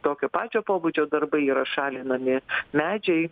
tokio pačio pobūdžio darbai yra šalinami medžiai